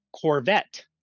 Corvette